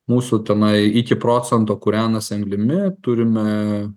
mūsų tenai iki procento kūrenasi anglimi turime